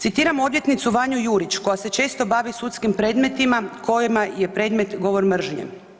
Citiram odvjetnicu Vanju Jurić koja se često bavi sudskim predmetima kojima je predmet govor mržnje.